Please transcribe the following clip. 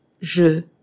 je